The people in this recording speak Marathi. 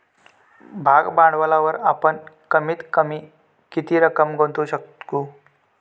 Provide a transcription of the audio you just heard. भाग भांडवलावर आपण कमीत कमी किती रक्कम गुंतवू शकू?